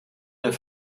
der